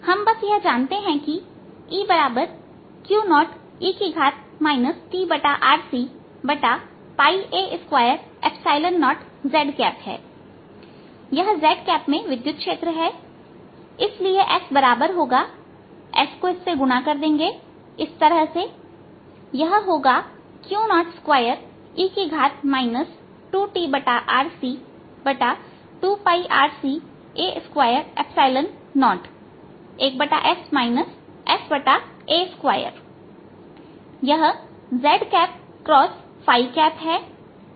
हम बस यह जानते हैं कि EQ0e tRCa20z है यह z में विद्युत क्षेत्र है इसलिए S बराबर होगा S को इस से गुणा कर देंगे इस तरह से यह होगाQ02e 2tRC2RCa201s sa2 होगा यह z x है जो कि S सदिश है